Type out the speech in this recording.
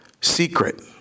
secret